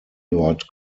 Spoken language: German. dort